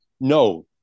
no